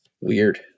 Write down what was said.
weird